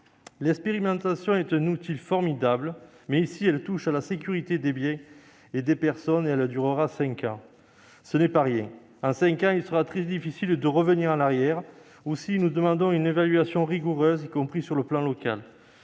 l'expérimentation est un outil formidable, elle touche en l'occurrence à la sécurité des biens et des personnes et elle durera cinq ans. Ce n'est pas rien ! Après cinq ans, il sera très difficile de revenir en arrière. Aussi, nous demandons une évaluation rigoureuse, y compris à l'échelon local.